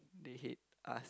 they hate us